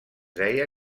deia